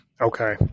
Okay